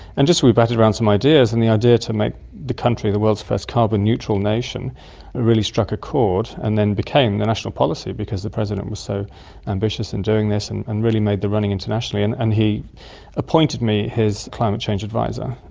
and we just batted around some ideas, and the idea to make the country the world's first carbon neutral nation really struck a chord and then became the national policy because the president was so ambitious in doing this and and really made the running internationally. and and he appointed me his climate change adviser,